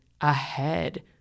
ahead